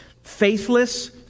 faithless